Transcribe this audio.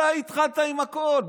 אתה התחלת עם הכול,